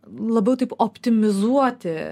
labiau taip optimizuoti